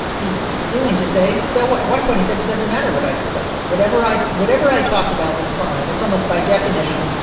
he's seeming to say so what? at one point, he said it doesn't matter what i discussed. whatever i whatever i talked about was fine. it's almost, by definition,